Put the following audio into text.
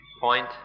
point